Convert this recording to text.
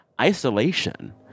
isolation